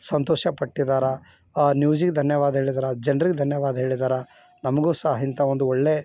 ಸಂತೋಷಪಟ್ಟಿದ್ದಾರೆ ಆ ನ್ಯೂಸಿಗೆ ಧನ್ಯವಾದ ಹೇಳಿದ್ರು ಜನ್ರಿಗೆ ಧನ್ಯವಾದ ಹೇಳಿದರು ನಮಗೂ ಸಹ ಇಂಥ ಒಂದು ಒಳ್ಳೆ